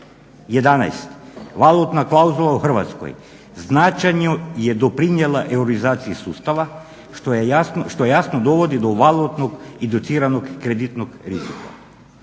11.valutna klauzula u Hrvatskoj značajno je doprinijela eurizaciji sustava što jasno dovodi do valutnog induciranog kreditnog rizika.